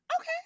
Okay